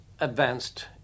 advanced